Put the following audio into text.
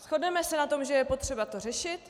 Shodneme se na tom, že je potřeba to řešit.